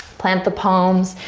plant the palms,